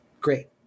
Great